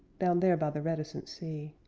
down there by the reticent sea.